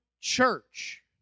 church